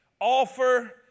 offer